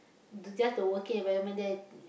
the just the working environment there